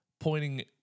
Pointing